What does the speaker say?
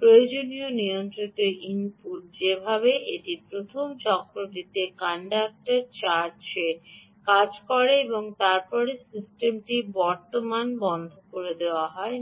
প্রয়োজনীয় নিয়ন্ত্রিত আউটপুট যেভাবে এটি প্রথম চক্রটিতে ইন্ডাক্টর চার্জে কাজ করে এবং তারপরে সিস্টেমটি বর্তমান বন্ধ করে দেওয়া হয়